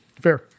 fair